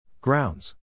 Grounds